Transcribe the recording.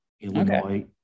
Illinois